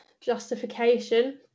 justification